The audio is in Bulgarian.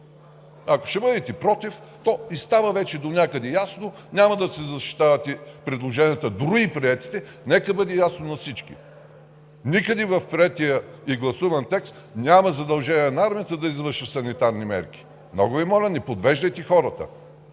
Ако ще бъдете против, то и става вече донякъде ясно, няма да си защитавате предложенията, дори и приетите. Нека бъде ясно на всички – никъде в приетия и гласуван текст няма задължения на армията да извършва санитарни мерки. Много Ви моля – не подвеждайте хората.